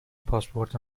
پاسپورت